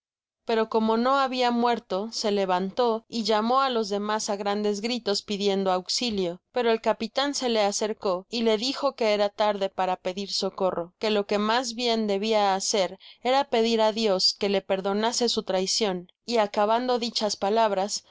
pero como no habia muerto se levantó y llamó á los demas á grandes gritos pidiendo auxilio pero el capitan se le acercó y le dije que era tarde para pedir socorro que lo que mas bien debia hacer era pedir ádios que le perdonase su traicion y acabando dichas